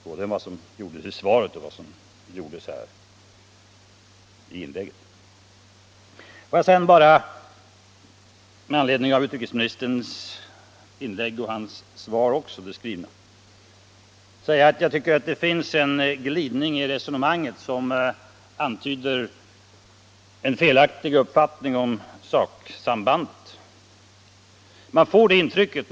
Får jag sedan med anledning av både utrikesministerns skrivna svar och hans senare inlägg säga att det finns en glidning i resonemanget som antyder en felaktig uppfattning om händelseförloppet.